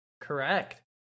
correct